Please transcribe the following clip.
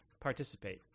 participate